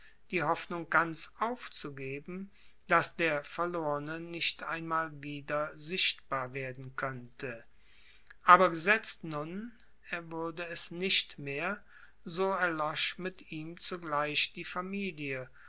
die hoffnung ganz aufzugeben daß der verlorne nicht einmal wieder sichtbar werden könnte aber gesetzt nun er würde es nicht mehr so erlosch mit ihm zugleich die familie